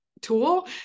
tool